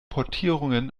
portierungen